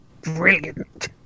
brilliant